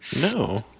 no